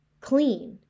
clean